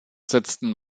setzten